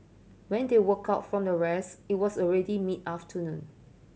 when they woke up from their rest it was already mid afternoon